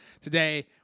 Today